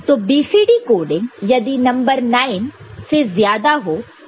तो BCD coding यदि number 9 ज्यादा हो तो वह वैध वैलिड valid नहीं है